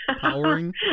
Powering